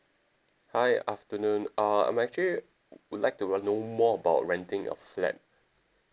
hi afternoon uh I'm actually would like to uh know more about renting a flat